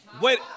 Wait